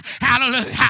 Hallelujah